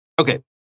Okay